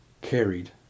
carried